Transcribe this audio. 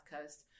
Coast